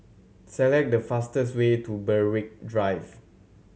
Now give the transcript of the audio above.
select the fastest way to Berwick Drive